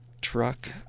truck